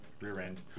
Rear-end